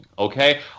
Okay